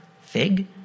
fig